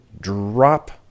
drop